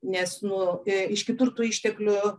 nes nu e iš kitur tų išteklių